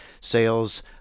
sales